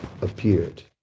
appeared